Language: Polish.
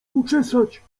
uczesać